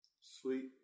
Sweet